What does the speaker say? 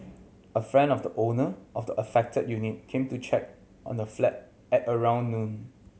a friend of the owner of the affected unit came to check on the flat at around noon